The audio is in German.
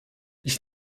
ich